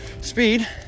speed